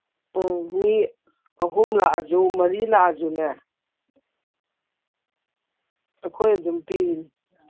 ꯎꯝ ꯃꯤ ꯑꯍꯨꯝ ꯂꯥꯛꯑꯁꯨ ꯃꯔꯤ ꯂꯥꯛꯑꯁꯨꯅꯦ ꯑꯩꯈꯣꯏ ꯑꯗꯨꯝ ꯄꯤꯔꯤꯅꯤ